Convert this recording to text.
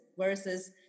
versus